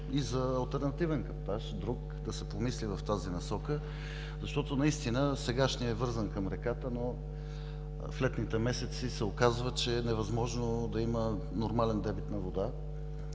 друг алтернативен каптаж – да се помисли в тази насока, защото наистина сегашният е вързан към реката, но в летните месеци се оказва, че е невъзможно да има нормален дебит на вода,